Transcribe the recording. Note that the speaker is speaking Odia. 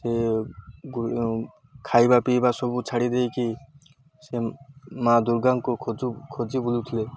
ସେ ଖାଇବା ପିଇବା ସବୁ ଛାଡ଼ି ଦେଇକରି ସେ ମା ଦୁର୍ଗାଙ୍କୁ ଖୋଜୁ ଖୋଜି ବୁଲୁଥିଲେ